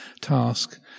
task